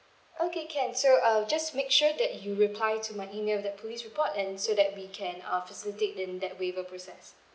okay can so uh just make sure that you reply to my email the police report and so that we can um facilitate in that waiver process